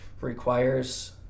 requires